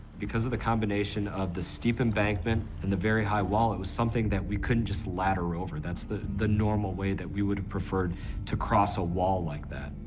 because of the combination of the steep embankment and the very high wall, it was something that we couldn't just ladder over. that's the, the normal way that we would have preferred to cross a wall like that.